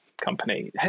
company